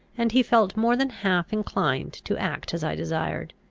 and he felt more than half inclined to act as i desired.